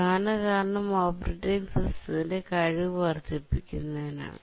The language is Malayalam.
പ്രധാന കാരണം ഓപ്പറേറ്റിംഗ് സിസ്റ്റത്തിന്റെ കഴിവ് വർദ്ധിപ്പിക്കുന്നതിന്